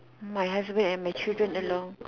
my husband and my children along